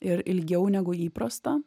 ir ilgiau negu įprasta